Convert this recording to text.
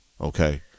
okay